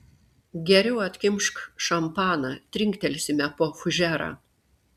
geriau atkimšk šampaną trinktelsime po fužerą